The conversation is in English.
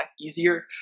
easier